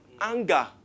anger